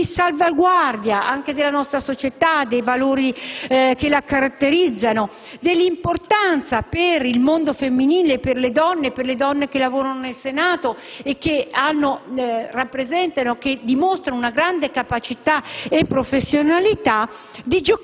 di salvaguardia anche nella nostra società e dei valori che la caratterizzano, dell'importanza per il mondo femminile, per le donne (comprese quelle che lavorano nel Senato, che dimostrano grande capacità e professionalità),